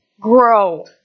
grow